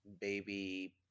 baby